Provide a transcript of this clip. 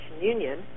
Union